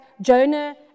Jonah